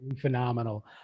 phenomenal